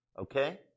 okay